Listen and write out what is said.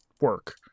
work